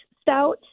stout